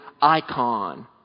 icon